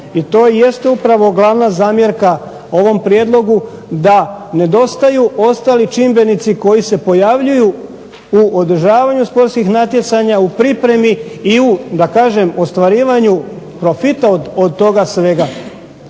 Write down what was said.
i to i jeste upravo glavna zamjerka ovom prijedlogu da nedostaju ostali čimbenici koji se pojavljuju u održavanju sportskih natjecanja, u pripremi, i u da kažem ostvarivanju profita od toga svega.